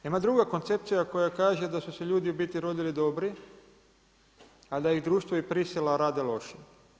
Ima druga koncepcija koja kaže da su se ljudi u biti rodili dobri, a da ih društvo i prisila rade lošim.